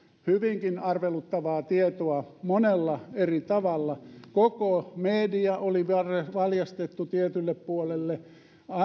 hyvinkin arveluttavaa tietoa monella eri tavalla koko media oli valjastettu tietylle puolelle